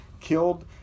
killed